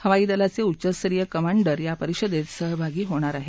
हवाई दलाचे उच्चस्तरीय कमांडर या परिषदेत सहभागी होणार आहेत